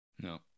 No